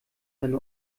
seine